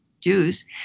Jews